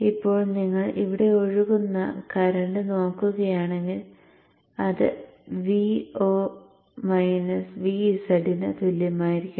ഇപ്പോൾ നിങ്ങൾ ഇവിടെ ഒഴുകുന്ന കറന്റ് നോക്കുകയാണെങ്കിൽ അത് Vo Vz ന് തുല്യമായിരിക്കും